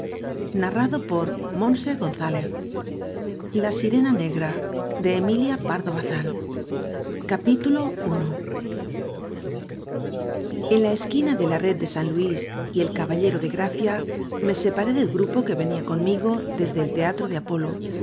a la l e y tipografía de archivos en la esquina de la red de san luis y el caballero de gracia me separé del grupo que venía conmigo desde el teatro de apolo